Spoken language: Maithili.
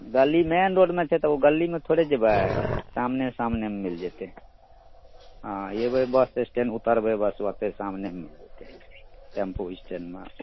गली मेन रोडमे छै तऽ ओ गलीमे थोड़े जएबै सामने सामनेमे मिलि जएतै हँ अएबै बस एस्टैण्ड उतरबै बस ओतहि सामनेमे मिलि जएतै टेम्पू एस्टैण्डमे